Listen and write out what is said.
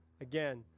again